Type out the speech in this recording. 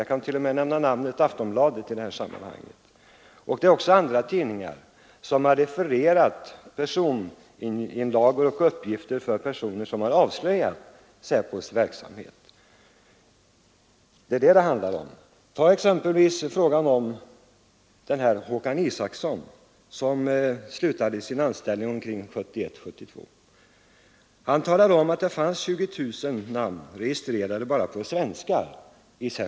Jag kan t.o.m. nämna namnet Aftonbladet. Men även andra tidningar har refererat personinlagor och uppgifter om personer som avslöjat SÄPO:s verksamhet. Ta exempelvis frågan om Håkan Isacson, som slutade sin anställning omkring årsskiftet 1971=1972. Han talade om att det i SÄPO:s register fanns 20 000 namn registrerade bara på svenskar.